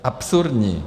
Absurdní.